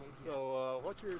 so much